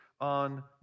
on